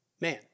man